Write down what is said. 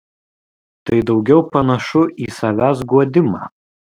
tai daugiau panašu į savęs guodimą